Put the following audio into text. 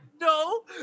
No